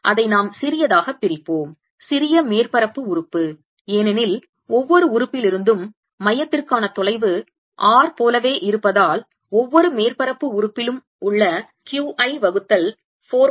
அதை நாம் சிறியதாக பிரிப்போம் சிறிய மேற்பரப்பு உறுப்பு ஏனெனில் ஒவ்வொரு உறுப்பிலிருந்தும் மையத்திற்கான தொலைவு r போலவே இருப்பதால் ஒவ்வொரு மேற்பரப்பு உறுப்பிலும் உள்ள Q i வகுத்தல் 4 பை எப்சிலான் 0 r